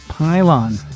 Pylon